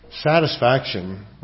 Satisfaction